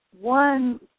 one